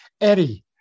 Eddie